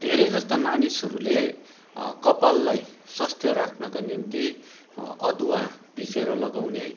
धेरै जस्ता मानिसहरूले कपाललाई स्वास्थ्य राख्नका निम्ति अदुवा पिसेर लगाउने